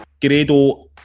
Gredo